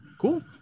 cool